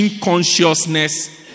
Consciousness